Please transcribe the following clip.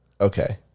Okay